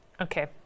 Okay